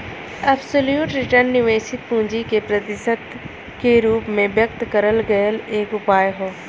absolute return निवेशित पूंजी के प्रतिशत के रूप में व्यक्त करल गयल एक उपाय हौ